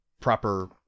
proper